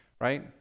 right